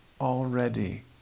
already